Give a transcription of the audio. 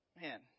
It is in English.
man